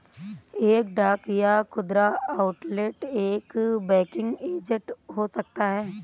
एक डाक या खुदरा आउटलेट एक बैंकिंग एजेंट हो सकता है